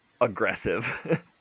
Aggressive